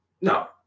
No